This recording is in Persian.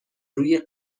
روی